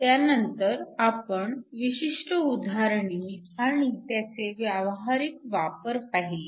त्यानंतर आपण विशिष्ट उदाहरणे आणि त्याचे व्यावहारिक वापर पाहिले